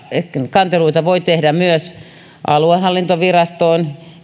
kanteluita voi tehdä myös aluehallintovirastoon